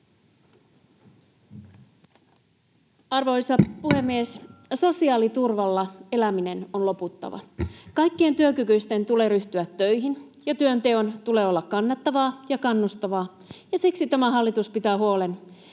Arvoisa puhemies! Sosiaaliturvalla elämisen on loputtava. Kaikkien työkykyisten tulee ryhtyä töihin, ja työnteon tulee olla kannattavaa ja kannustavaa, ja siksi tämä hallitus pitää huolen